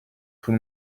tout